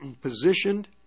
positioned